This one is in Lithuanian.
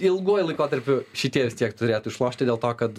ilguoju laikotarpiu šitie vis tiek turėtų išlošti dėl to kad